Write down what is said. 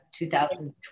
2020